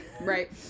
right